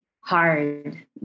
hard